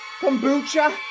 kombucha